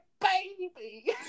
baby